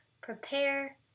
Prepare